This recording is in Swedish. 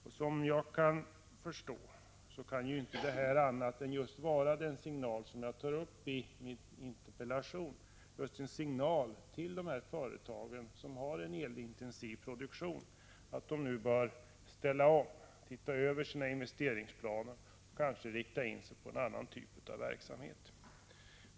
Såvitt jag förstår kan det inte vara fråga om någonting annat än en signal, som jag har nämnt i min interpellation, till de företag som har en elintensiv produktion att de nu bör ställa om sig. De bör se över sina investeringsplaner och kanske rikta in sig på en annan typ av verksamhet.